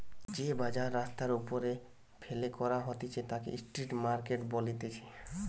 যে বাজার রাস্তার ওপরে ফেলে করা হতিছে তাকে স্ট্রিট মার্কেট বলতিছে